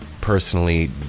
personally